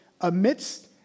amidst